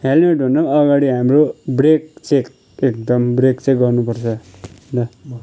helmet भन्दाम् अगाडि हाम्रो ब्रेक चेक एकदम ब्रेक चेक गर्नु पर्छ ल